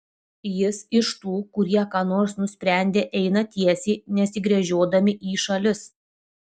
jis iš tų kurie ką nors nusprendę eina tiesiai nesigręžiodami į šalis